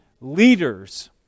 leaders